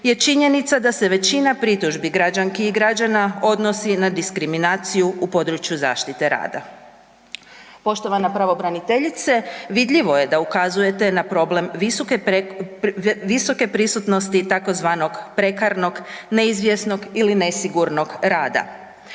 je činjenica da se većina pritužbi građanki i građana odnosi na diskriminaciju u području zaštite rada. Poštovana pravobraniteljice vidljivo je da ukazujete na problem visoke prisutnosti tzv. prekarnog, neizvjesnog ili nesigurnog rada